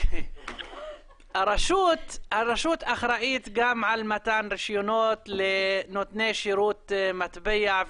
הרשות אחראית גם על מתן רישיונות לנותני שרות מטבע,